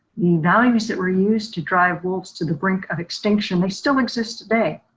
the values that were used to drive wolves to the brink of extinction, they still exist today.